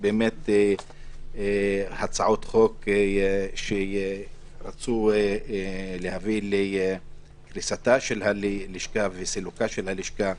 הצעות חוק שרצו להביא לסילוקה של הלשכה.